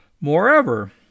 Moreover